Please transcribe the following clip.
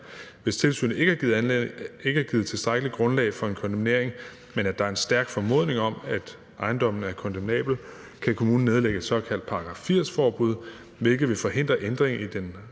Hvis tilsynet ikke har givet tilstrækkeligt grundlag for en kondemnering, men der er en stærk formodning om, at ejendommen er kondemnabel, kan kommunen nedlægge et såkaldt § 80-forbud, hvilket vil forhindre ændring i den